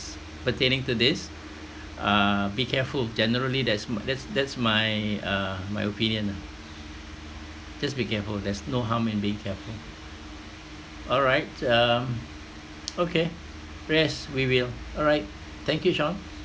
pertaining to this uh be careful generally that's my that's that's my uh my opinion lah just be careful there's no harm in being careful alright um okay yes we will alright thank you sean